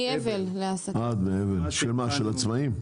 של עצמאים?